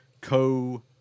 co